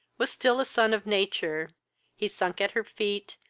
was still a son of nature he sunk at her feet,